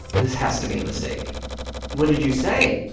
this has to be a mistake what did you say.